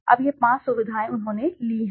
अब यह 5 सुविधाएँ उन्होंने ली हैं